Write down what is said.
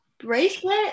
bracelet